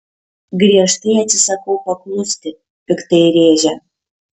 griežtai atsisakau paklusti piktai rėžia